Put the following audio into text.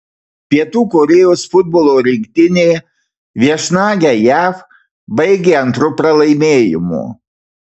pietų korėjos futbolo rinktinė viešnagę jav baigė antru pralaimėjimu